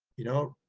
you know,